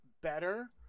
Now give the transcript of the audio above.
better